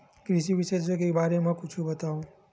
कृषि विशेषज्ञ के बारे मा कुछु बतावव?